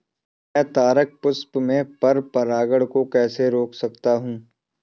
मैं तारक पुष्प में पर परागण को कैसे रोक सकता हूँ?